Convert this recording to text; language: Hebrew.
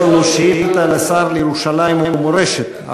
יש לנו שאילתה לשר לירושלים ומורשת,